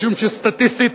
משום שסטטיסטית,